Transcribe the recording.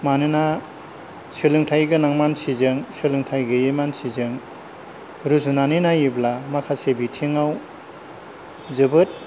मानोना सोलोंथाइ गोनां मानसिजों सोलोंथाइ गैयै मानसिजों रुजुनानै नायोब्ला माखासे बिथिङाव जोबोद